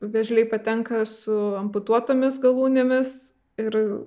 vėžliai patenka su amputuotomis galūnėmis ir